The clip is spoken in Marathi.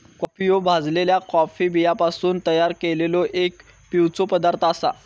कॉफी ह्यो भाजलल्या कॉफी बियांपासून तयार केललो एक पिवचो पदार्थ आसा